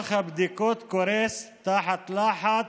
ומערך הבדיקות קורס תחת הלחץ.